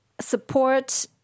support